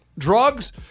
drugs